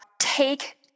take